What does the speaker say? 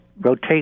rotate